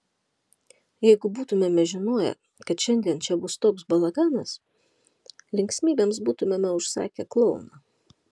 jeigu būtumėme žinoję kad šiandien čia bus toks balaganas linksmybėms būtumėme užsakę klouną